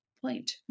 point